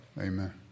Amen